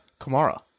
Kamara